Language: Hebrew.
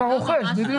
רק הרוכש.